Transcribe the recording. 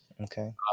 Okay